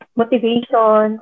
motivation